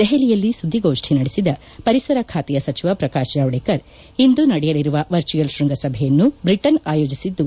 ದೆಹಲಿಯಲ್ಲಿ ಸುದ್ದಿಗೋಷ್ನಿ ನಡೆಸಿದ ಪರಿಸರ ಬಾತೆಯ ಸಚಿವ ಪ್ರಕಾಶ್ ಜಾವ್ನೇಕರ್ ಇಂದು ನಡೆಯಲಿರುವ ವರ್ಚುವಲ್ ಶ್ವಂಸಭೆಯನ್ನು ಬ್ರಿಟನ್ ಆಯೋಜಿಸಿದ್ದು